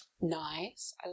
Nice